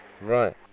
Right